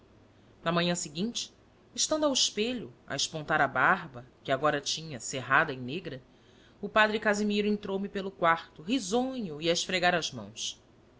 na manhã seguinte estando ao espelho a espontar a barba que agora tinha cerrada e negra o padre casimiro entrou-me pelo quarto risonho e a esfregar as mãos